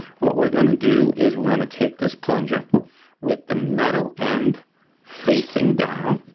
what we're gonna do is we're gonna take this plunger with the metal end facing down,